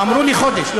אמרו לי חודש.